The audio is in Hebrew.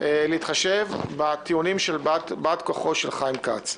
להתחשב בטיעונים של באת כוחו של חיים כץ,